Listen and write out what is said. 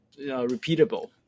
repeatable